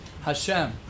Hashem